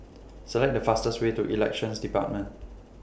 Select The fastest Way to Elections department